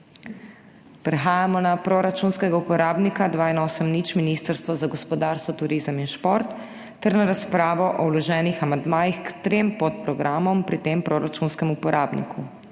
Prehajamo na proračunskega uporabnika 2180 Ministrstvo za gospodarstvo, turizem in šport ter na razpravo o vloženih amandmajih k trem podprogramom pri tem proračunskem uporabniku.